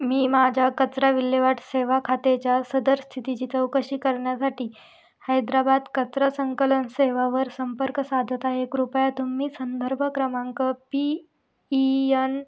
मी माझ्या कचरा विल्हेवाट सेवा खातेच्या सदरस्थितीची चौकशी करण्यासाठी हैदराबाद कचरा संकलन सेवेवर संपर्क साधत आहे कृपया तुम्ही संदर्भ क्रमांक पी ई यन